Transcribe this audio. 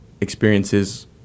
experiences